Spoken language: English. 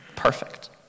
perfect